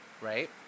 right